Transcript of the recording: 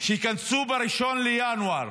שייכנסו ב-1 בינואר